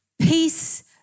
Peace